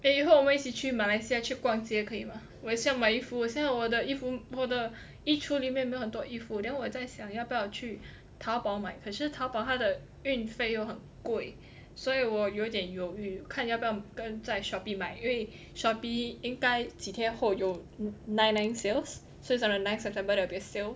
eh 以后我们一起去马来西亚去逛街可以吗我也是要买衣服我现在我的衣服我的衣橱里面没有很多衣服 then 我在想要不要去淘宝买可是淘宝它的运费又很贵所以我有点犹豫看要不要跟在 Shopee 买因为 Shopee 应该几天后有 nine nine sales so it's on the nine september there will be a sale